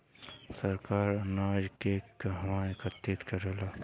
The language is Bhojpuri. सरकार अनाज के कहवा एकत्रित करेला?